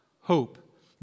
hope